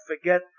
forget